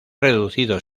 reducido